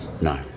No